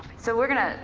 so we're gonna